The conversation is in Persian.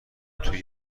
توی